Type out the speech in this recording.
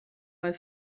mal